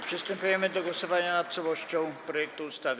Przystępujemy do głosowania nad całością projektu ustawy.